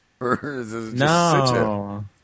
No